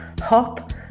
hot